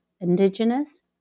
indigenous